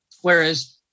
Whereas